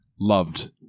loved